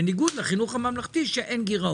בניגוד לחינוך הממלכתי שאין גירעון.